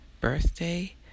birthday